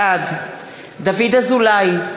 בעד דוד אזולאי,